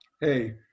hey